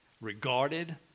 regarded